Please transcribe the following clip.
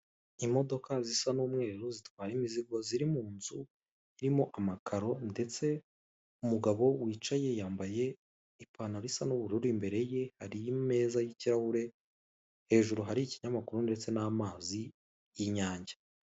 Imodoka zisa n'umweru zitwara imizigo, ziri mu nzu irimo amakaro, ndetse umugabo wicaye yambaye ipantaro isa n'ubururu. Imbere ye har'imeza y'ikirahure, hejuru hari ikirahure ndetse n'amazi y'inyange.